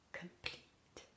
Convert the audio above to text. complete